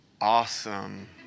awesome